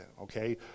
okay